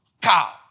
cow